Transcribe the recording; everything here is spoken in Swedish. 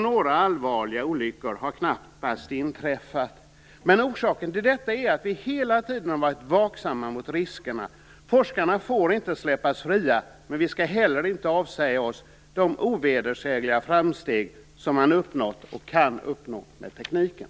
Några allvarliga olyckor har knappast inträffat. Men orsaken till det är att vi hela tiden har varit vaksamma mot riskerna. Forskarna får inte släppas fria, men vi skall heller inte avsäga oss de ovedersägliga framsteg som man har uppnått och kan uppnå med tekniken.